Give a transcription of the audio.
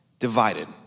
divided